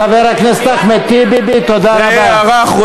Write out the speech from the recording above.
חבר הכנסת אחמד טיבי, תודה רבה.